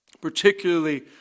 Particularly